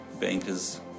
bankers